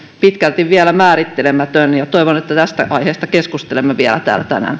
pitkälti vielä määrittelemätön ja toivon että tästä aiheesta keskustelemme vielä täällä tänään